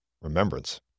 remembrance